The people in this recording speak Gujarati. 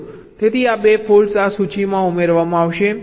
તેથી આ 2 ફોલ્ટ્સ આ સૂચિમાં ઉમેરવામાં આવશે